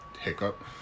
hiccup